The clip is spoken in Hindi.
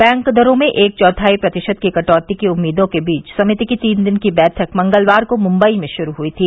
बैंक दरों में एक चौथाई प्रतिशत की कटौती की उम्मीदों के बीच समिति की तीन दिन की बैठक मंगलवार को मम्बई में शुरू हई थी